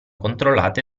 controllate